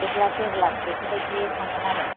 एक लाख देर लाख बेफोरबायदि थांगोन आरो